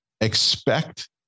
expect